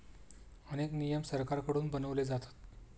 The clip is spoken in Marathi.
अनेक नियम सरकारकडून बनवले जातात